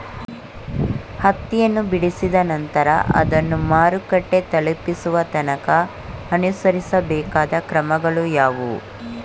ಹತ್ತಿಯನ್ನು ಬಿಡಿಸಿದ ನಂತರ ಅದನ್ನು ಮಾರುಕಟ್ಟೆ ತಲುಪಿಸುವ ತನಕ ಅನುಸರಿಸಬೇಕಾದ ಕ್ರಮಗಳು ಯಾವುವು?